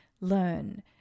learn